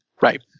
Right